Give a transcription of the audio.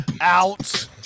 out